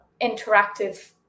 interactive